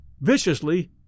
viciously